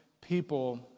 people